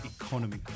economy